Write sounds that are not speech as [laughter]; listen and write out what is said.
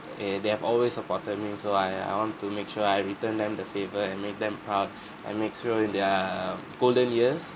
err they have always supported me so I I want to make sure I return them the favor and made them proud [breath] and make sure their golden years